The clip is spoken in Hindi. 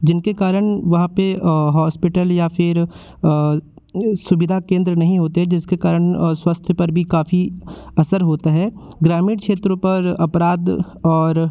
जिनके कारण वहाँ पर हॉस्पिटल या फिर सुविधा केंद्र नहीं होते हैं जिसके कारण स्वास्थ्य पर भी काफ़ी असर होता है ग्रामीण क्षेत्रों पर अपराध और